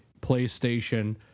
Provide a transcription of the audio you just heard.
PlayStation